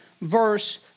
verse